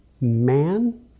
Man